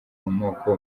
moko